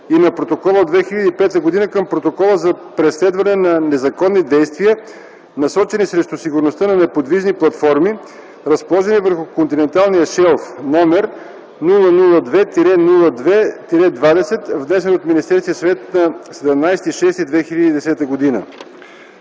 и на Протокола от 2005 г. към Протокола за преследване на незаконните действия, насочени срещу сигурността на неподвижни платформи, разположени върху континенталния шелф, № 002-02-20, внесен от Министерски съвет на 17.06.2010 г.